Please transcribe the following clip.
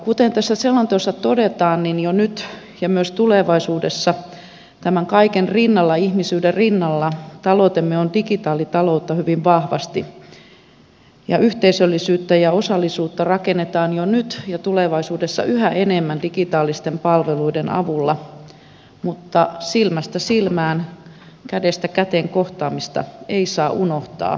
kuten tässä selonteossa todetaan jo nyt ja myös tulevaisuudessa tämän kaiken ihmisyyden rinnalla taloutemme on digitaalitaloutta hyvin vahvasti ja yhteisöllisyyttä ja osallisuutta rakennetaan jo nyt ja tulevaisuudessa yhä enemmän digitaalisten palveluiden avulla mutta silmästä silmään kädestä käteen kohtaamista ei saa unohtaa